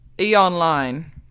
E-Online